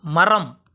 மரம்